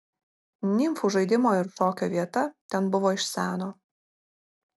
nimfų žaidimo ir šokio vieta ten buvo iš seno